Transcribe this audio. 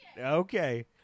okay